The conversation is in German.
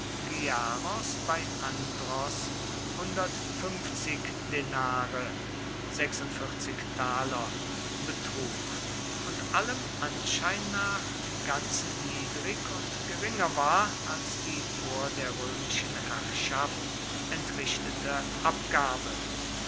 bei andros denare betrug und allem anschein nach im ganzen niedrig und geringer war als die vor der römischen herrschaft entrichtete abgabe